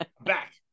back